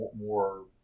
more